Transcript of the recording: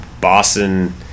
Boston